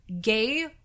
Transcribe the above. gay